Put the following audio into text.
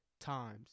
times